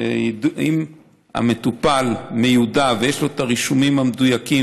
משום שאם המטופל מיודע ויש לו את הרישומים המדויקים